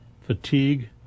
fatigue